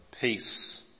peace